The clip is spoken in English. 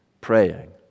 praying